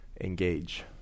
engage